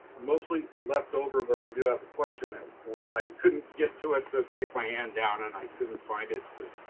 mostly left over, but i do have a question. and i couldn't get to it to take my hand down and i couldn't find it to